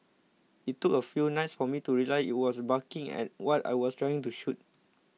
it took a few nights for me to realise it was barking at what I was trying to shoot